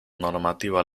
normativa